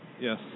Yes